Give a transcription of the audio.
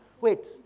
Wait